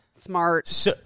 Smart